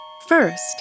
First